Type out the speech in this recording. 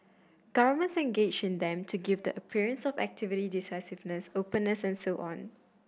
governments engage in them to give the appearance of activity decisiveness openness and so on